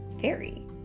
fairy